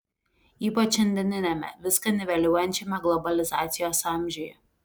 ypač šiandieniame viską niveliuojančiame globalizacijos amžiuje